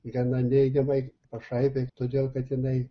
gana neigiamai pašaipiai todėl kad jinai